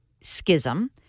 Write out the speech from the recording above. schism